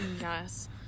yes